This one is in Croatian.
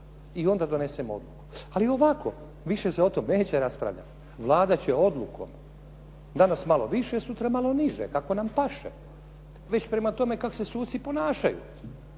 i onda donesemo odluku. Ali ovako više se o tom neće raspravljati. Vlada će odlukom, danas malo više, sutra malo niže, kako nam paše. Već prema tome kako se suci ponašaju,